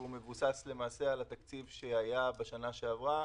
והוא מבוסס על התקציב שהיה בשנה שעברה